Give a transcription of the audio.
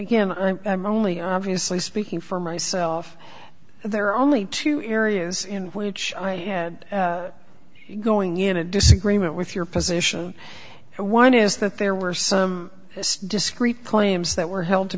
again i'm only obviously speaking for myself there are only two areas in which i had going in a disagreement with your position and one is that there were some discrete claims that were held to